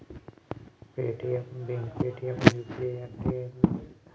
Paytm భీమ్ Paytm UPI అంటే ఏంది?